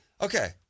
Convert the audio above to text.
Okay